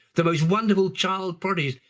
the most wonderful child prodigies,